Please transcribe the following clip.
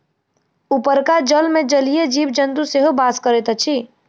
उपरका जलमे जलीय जीव जन्तु सेहो बास करैत अछि